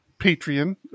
Patreon